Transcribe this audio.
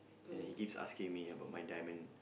and then he keeps asking me about my diamond